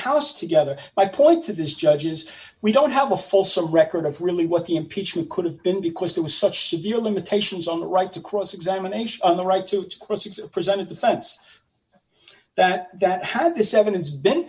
house together i point to this judges we don't have a false a record of really what the impeachment could have been because there was such severe limitations on the right to cross examination and the right to cross it's presented defense that had this evidence been